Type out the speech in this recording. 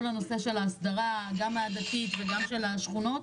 הנושא של ההסדרה גם העדתית וגם של השכונות,